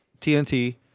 TNT